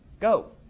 go